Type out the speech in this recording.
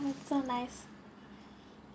that's so nice